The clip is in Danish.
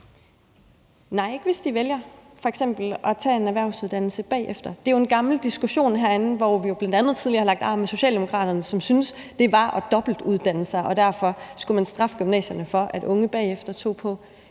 Nej, ikke hvis de vælger f.eks. at tage en erhvervsuddannelse bagefter. Det er jo en gammel diskussion herinde, hvor vi tidligere bl.a. har lagt arm med Socialdemokraterne, som syntes, at det var at dobbeltuddanne sig, og derfor skulle man straffe gymnasierne for, at unge bagefter tog en